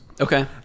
Okay